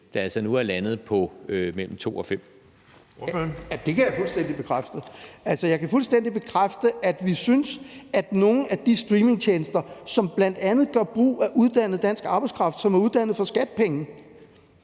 Kl. 11:15 Søren Søndergaard (EL): Det kan jeg fuldstændig bekræfte. Altså, jeg kan fuldstændig bekræfte, at vi synes, at nogle af de streamingtjenester, som bl.a. gør brug af uddannet dansk arbejdskraft, der er uddannet for skattepenge,